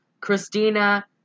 Christina